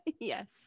Yes